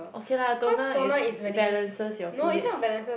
okay lah toner is balances your p_h